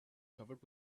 covered